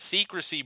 secrecy